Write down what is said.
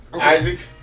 Isaac